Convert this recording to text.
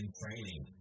training